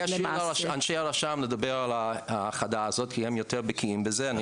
אני אשאיר לאנשי הרשם לדבר על ההאחדה הזאת כי הם יותר בקיאים בזה.